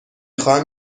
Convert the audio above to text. خواهم